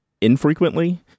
infrequently